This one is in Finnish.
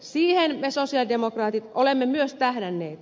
siihen me sosialidemokraatit olemme myös tähdänneet